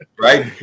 right